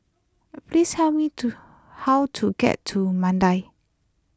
please hell me to how to get to Mandai